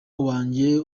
wanjye